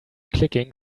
clicking